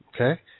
Okay